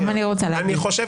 גם אני רוצה להגיב.